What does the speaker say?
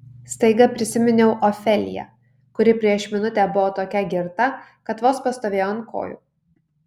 staiga prisiminiau ofeliją kuri prieš minutę buvo tokia girta kad vos pastovėjo ant kojų